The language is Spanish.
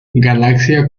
galaxia